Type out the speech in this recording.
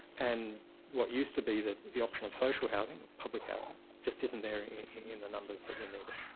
and what used to be the the option of social housing or public housing just isn't there in the numbers that we need it.